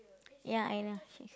ya I know sh~